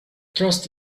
trust